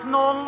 no